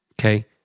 Okay